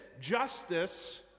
justice